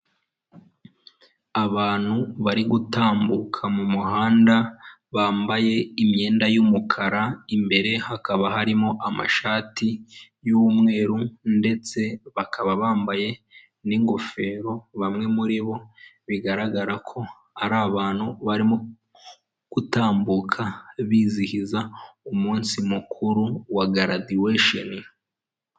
Abantu bari gutambuka mu muhanda bambaye imyenda y'umukara, imbere hakaba harimo amashati y'Umweru ndetse bakaba bambaye n'ingofero bamwe muri bo, bigaragara ko ari abantu barimo gutambuka bizihiza umunsi mukuru wa graduation.